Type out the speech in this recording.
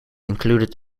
included